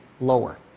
lower